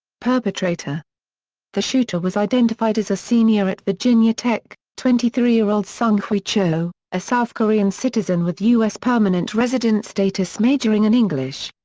perpetrator the shooter was identified as a senior at virginia tech, twenty three year old seung-hui cho, a south korean citizen with u s. permanent resident status majoring in english.